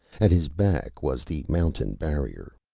at his back was the mountain barrier.